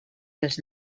dels